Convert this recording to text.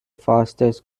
fastest